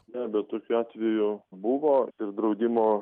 beabejo tokiu atveju buvo ir draudimo